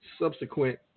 subsequent